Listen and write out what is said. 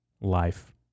life